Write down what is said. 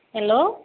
hello